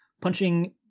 punching